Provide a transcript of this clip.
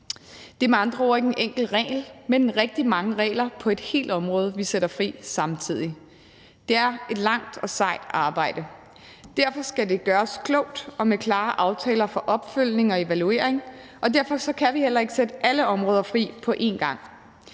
Det er med andre ord ikke en enkelt regel, men rigtig mange regler på et helt område, vi sætter fri samtidig. Det er et langt og sejt arbejde. Derfor skal det gøres klogt og med klare aftaler om opfølgning og evaluering, og derfor kan vi heller ikke sætte alle områder fri på en gang.